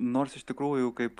nors iš tikrųjų kaip